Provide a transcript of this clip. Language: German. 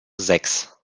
sechs